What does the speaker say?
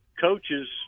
coaches